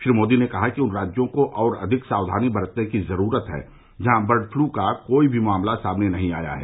श्री मोदी ने कहा कि उन राज्यों को और अधिक सावधानी बरतने की जरूरत है जहां बर्ड फ्लू का कोई भी मामला सामने नहीं आया है